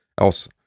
else